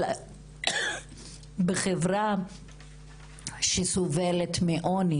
אלא בחברה שסובלת מעוני